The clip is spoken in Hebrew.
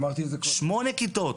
שמונה כיתות.